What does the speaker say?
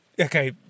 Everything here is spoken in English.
okay